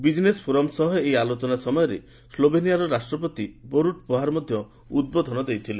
business forum ସହ ଏହି ଆଲୋଚନା ସମୟରେ ସ୍ଲୋଭେନିଆର ରାଷ୍ଟ୍ରପତି ବୋରୁଟ୍ ପାହୋର୍ ମଧ୍ୟ ଉଦ୍ବୋଧନ ଦେଇଥିଲେ